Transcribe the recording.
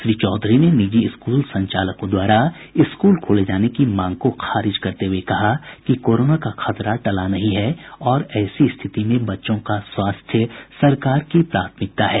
श्री चौधरी ने निजी स्कूल संचालकों द्वारा स्कूल खोले जाने की मांग को खारिज करते हुए कहा कि कोरोना का खतरा टला नहीं है और ऐसी स्थिति में बच्चों का स्वास्थ्य सरकार की प्राथमिकता है